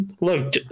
Look